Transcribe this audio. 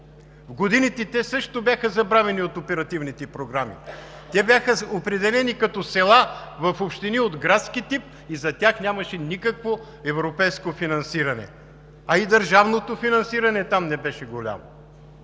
В годините те също бяха забравени от оперативните програми. Те бяха определени като села в общини от градски тип и за тях нямаше никакво европейско финансиране, а и държавното финансиране там не беше голямо.